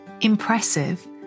impressive